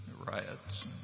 riots